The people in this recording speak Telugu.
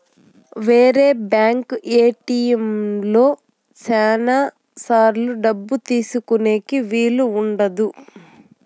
వేరే బ్యాంక్ ఏటిఎంలలో శ్యానా సార్లు డబ్బు తీసుకోనీకి వీలు ఉండదు